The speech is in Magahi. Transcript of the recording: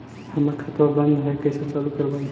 हमर खतवा बंद है कैसे चालु करवाई?